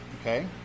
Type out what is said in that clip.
Okay